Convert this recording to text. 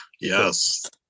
yes